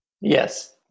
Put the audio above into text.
Yes